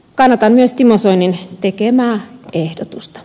kannatan myös timo soinin tekemää ehdotusta